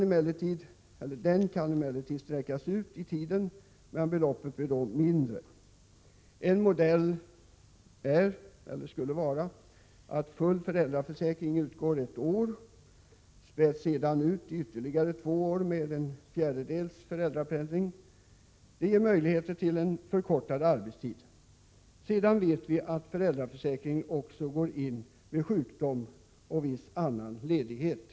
Ersättningen kan sträckas ut i tiden, men beloppet blir då mindre. En modell kan vara att full föräldraförsäkring utbetalas under ett år och att den sedan späds ut under ytterligare två år med en fjärdedels föräldrapenning. Det ger möjligheter till en förkortning av arbetstiden. Föräldraförsäkringen går också in vid sjukdom och viss annan ledighet.